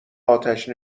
آتش